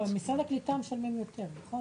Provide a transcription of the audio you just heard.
משרד הקליטה משלמים יותר, נכון?